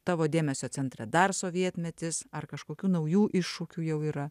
tavo dėmesio centre dar sovietmetis ar kažkokių naujų iššūkių jau yra